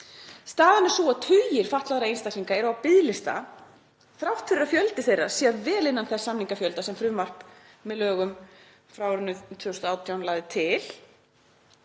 Staðan er sú að tugir fatlaðra einstaklinga eru á biðlista þrátt fyrir að fjöldi þeirra sé vel innan þess samningafjölda sem frumvarp til laga frá árinu 2018 lagði til.